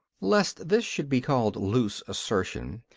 lest this should be called loose assertion,